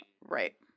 Right